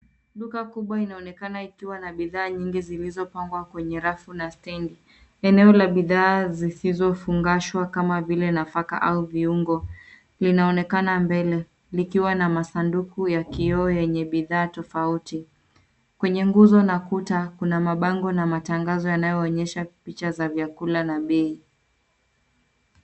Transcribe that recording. Duka kubwa inaonekana ikiwa na bidhaa nyingi, zilizopangwa kwenye rafu na stendi. Eneo la bidhaa zisizofungashwa kama vile nafaka au viungo, linaonekana mbele, likiwa na masanduku ya kioo yenye bidhaa tofauti. Kwenye nguzo na kuta, kuna mabango na matangazo yanayoonyesha picha za vyakula na bei.